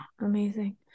Amazing